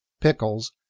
pickles